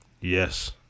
Yes